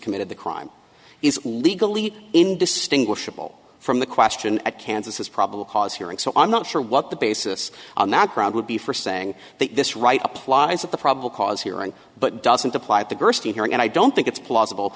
committed the crime is legally indistinguishable from the question at kansas is probable cause hearing so i'm not sure what the basis on that ground would be for saying that this right applies at the probable cause hearing but doesn't apply at the gerstein hearing and i don't think it's plausible